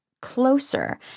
closer